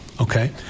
okay